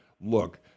look